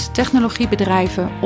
technologiebedrijven